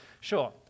Sure